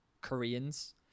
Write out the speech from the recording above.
Koreans